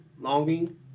Longing